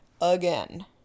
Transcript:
again